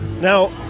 Now